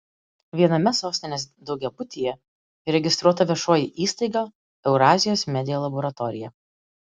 viename sostinės daugiabutyje įregistruota viešoji įstaiga eurazijos media laboratorija